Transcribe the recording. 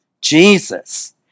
Jesus